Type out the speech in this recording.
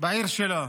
בעיר שלו?